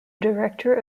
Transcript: director